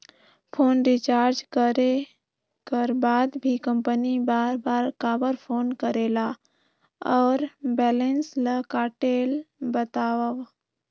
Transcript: Phone recharge करे कर बाद भी कंपनी बार बार काबर फोन करेला और बैलेंस ल काटेल बतावव?